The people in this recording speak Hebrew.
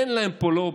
אין להם פה לובי.